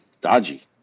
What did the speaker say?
dodgy